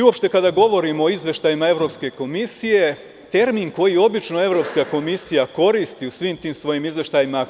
Uopšte, kada govorimo o izveštajima Evropske komisije termin koji obično Evropska komisija ne koristi u svim tim svojim izveštajima,